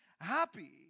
happy